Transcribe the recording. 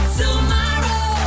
tomorrow